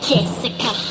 Jessica